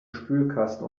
spülkasten